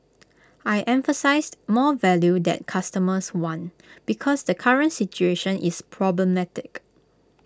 I emphasised more value that customers want because the current situation is problematic